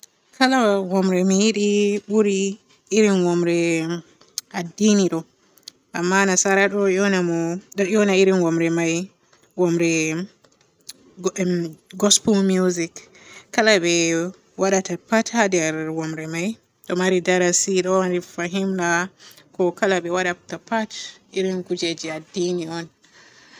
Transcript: Kala wumre mi yiɗi buri irin wumre addini ɗo amma nasara ɗo yoona mo ɗo yoona irin wumre me wumre emm gospol muzik. Kala be waadata pat haa nder wumre may ɗo maari darasi ɗo maari fahimna, ko kala ko be waadata pat irin kujeji addini on